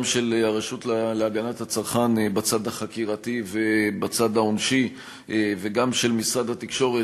גם של הרשות להגנת הצרכן בצד החקירתי ובצד העונשי וגם של משרד התקשורת,